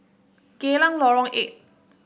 Geylang Lorong Eight